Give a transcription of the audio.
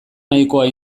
nahikoa